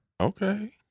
Okay